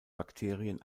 bakterien